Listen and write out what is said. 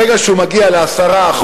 ברגע שהוא מגיע ל-10%,